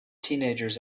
teenagers